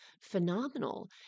phenomenal